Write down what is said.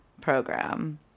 program